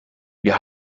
wir